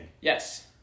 Yes